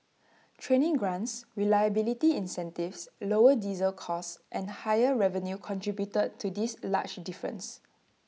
training grants reliability incentives lower diesel costs and higher revenue contributed to this large difference